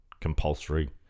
compulsory